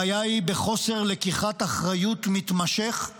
הבעיה היא בחוסר לקיחת אחריות מתמשך.